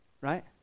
right